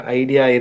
idea